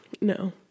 No